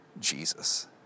Jesus